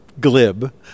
glib